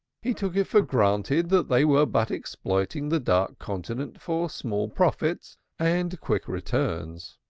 he took it for granted that they were but exploiting the dark continent for small profits and quick returns.